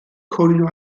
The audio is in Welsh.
cwyno